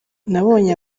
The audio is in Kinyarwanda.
nabonye